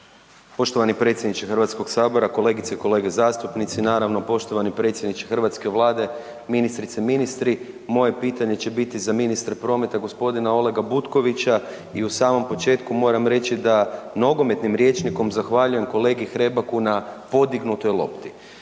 Poštovani predsjedniče HS-a, kolegice i kolege zastupnici. Naravno poštovani predsjedniče hrvatske Vlade, ministrice ministri. Moje pitanje će biti za ministra prometa gospodina Olega Butkovića i u samom početku moram reći da nogometnim rječnikom zahvaljujem kolegi Hrebaku na podignutoj lopti.